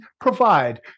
provide